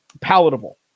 palatable